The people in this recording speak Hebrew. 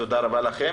תודה רבה לכם.